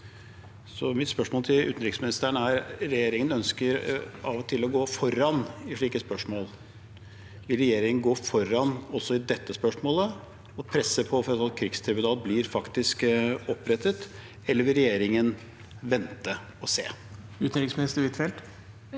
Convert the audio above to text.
Mitt spørsmål til utenriksministeren er: Regjeringen ønsker av og til å gå foran i slike spørsmål. Vil regjeringen gå foran også i dette spørsmålet og presse på for at et krigstribunal faktisk blir opprettet, eller vil regjeringen vente og se? Utenriksminister Anniken